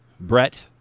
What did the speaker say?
Brett